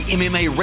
mma